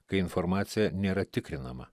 kai informacija nėra tikrinama